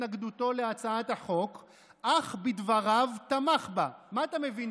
התנגדותו להצעת החוק אך בדבריו תמך בה" מה אתה מבין,